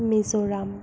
Mizoram